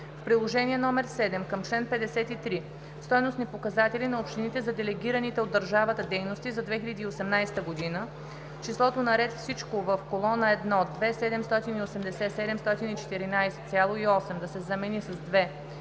Приложение № 7 към чл. 53 „ Стойностни показатели на общините за делегираните от държавата дейности за 2018 г.“ числото на ред „Всичко" в колона 1 „2 780 714,8“ да се замени с „2